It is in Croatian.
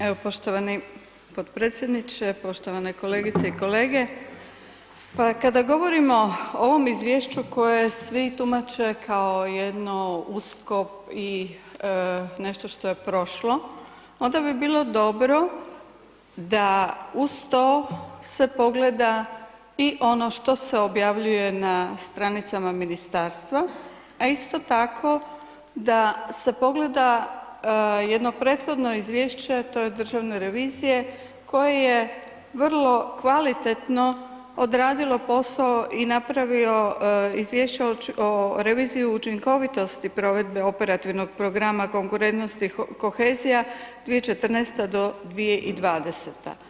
Evo poštovani podpredsjedniče, poštovane kolegice i kolege, pa kada govorimo o ovom izvješću koje svi tumače kao jedno usko i nešto što je prošlo onda bi bilo dobro da uz to se pogleda i ono što se objavljuje na stranicama ministarstva, a isto tako da se pogleda jedno prethodno izvješće, a to je Državne revizije koje je vrlo kvalitetno odradilo posao i napravio izvješće o reviziji učinkovitosti provede Operativnog programa konkurentnost i kohezija 2014. do 2020.